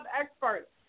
experts